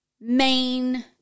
main